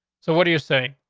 so what do you say?